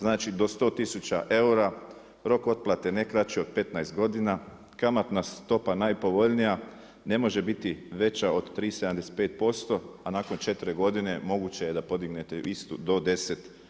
Znači do 100 tisuća eura, rok otplate ne kraći od 15 godina, kamatna stopa najpovoljnija, ne može biti veća od 3,75% a nakon 4 godine moguće je da podignete istu do 10%